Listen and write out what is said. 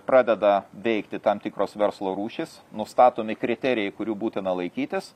pradeda veikti tam tikros verslo rūšys nustatomi kriterijai kurių būtina laikytis